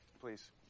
Please